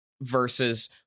versus